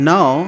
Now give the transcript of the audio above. Now